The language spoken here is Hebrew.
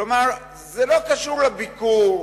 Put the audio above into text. כלומר, זה לא קשור לביקור.